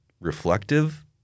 reflective